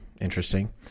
Interesting